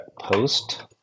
post